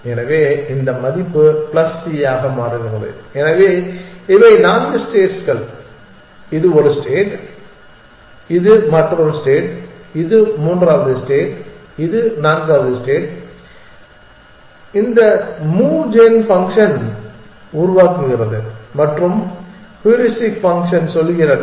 எனவே இந்த மதிப்பு பிளஸ் C ஆக மாறுகிறது எனவே இவை நான்கு ஸ்டேட்ஸ்கள் இது ஒரு ஸ்டேட் இது மற்றொரு ஸ்டேட் இது மூன்றாவது ஸ்டேட் இது நான்காவது ஸ்டேட் இந்த மூவ் கன் ஃபங்க்ஷன் உருவாக்குகிறது மற்றும் ஹூரிஸ்டிக் ஃபங்க்ஷன் சொல்கிறது